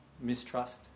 Mistrust